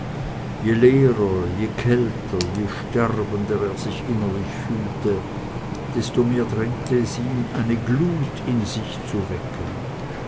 kälter je sterbender er sich innerlich fühlte desto mehr drängte es ihn eine glut in sich zu wecken